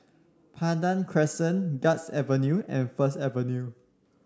Pandan Crescent Guards Avenue and First Avenue